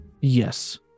Yes